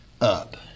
up